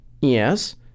Yes